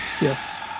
Yes